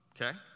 okay